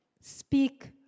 Speak